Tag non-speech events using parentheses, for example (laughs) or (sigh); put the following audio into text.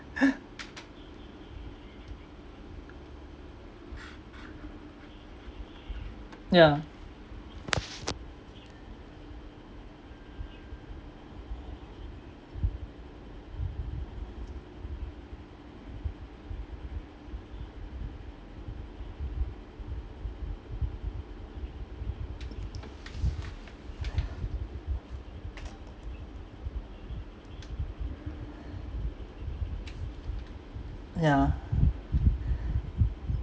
(laughs) yeah yeah